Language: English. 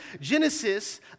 Genesis